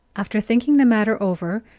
after thinking the matter over,